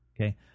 okay